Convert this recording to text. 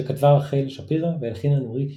שכתבה רחל שפירא והלחינה נורית הירש.